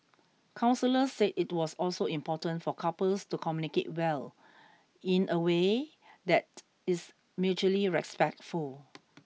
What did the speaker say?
counsellors said it was also important for couples to communicate well in away that is mutually respectful